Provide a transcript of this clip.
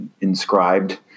inscribed